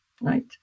right